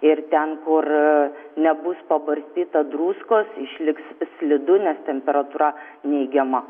ir ten kur nebus pabarstyta druskos išliks slidu nes temperatūra neigiama